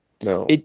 no